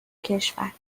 کشور